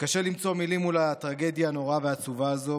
קשה למצוא מילים מול הטרגדיה הנוראה והעצובה הזאת,